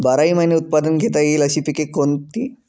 बाराही महिने उत्पादन घेता येईल अशी पिके कोणती?